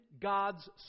God's